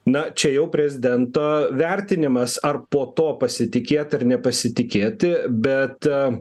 na čia jau prezidento vertinimas ar po to pasitikėt ar nepasitikėti bet